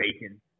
bacon